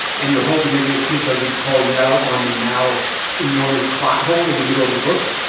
and you're hoping that your kid doesn't call you out on the now enormous plot hole in the middle of the book?